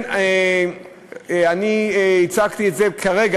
אני הצגתי את זה כרגע,